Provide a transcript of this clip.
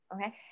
okay